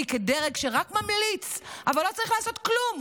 כדרג שרק ממליץ אבל לא צריך לעשות כלום,